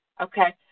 okay